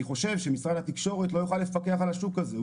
חושב שמשרד התקשורת לא יוכל לפקח על השוק הזה.